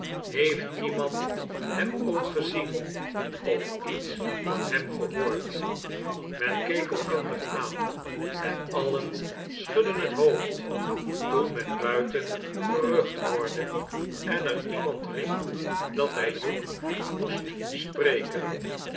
heeft iemand hem ook gezien of iets van hem gehoord men keek elkander aan en alien schudden het hoofd toen men buiten gerucht hoorde en er iemand riep dat hij hugh moest spreken